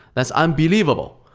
that's unbelievable.